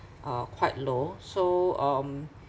uh quite low so um